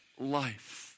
life